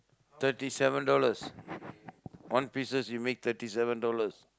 thirty seven dollars one pieces you make thirty seven dollars